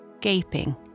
gaping